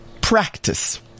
practice